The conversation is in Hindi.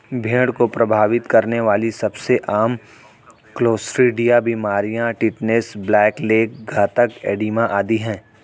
भेड़ को प्रभावित करने वाली सबसे आम क्लोस्ट्रीडिया बीमारियां टिटनेस, ब्लैक लेग, घातक एडिमा आदि है